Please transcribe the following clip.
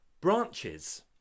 branches